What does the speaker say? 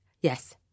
Yes